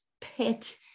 pit